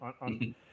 on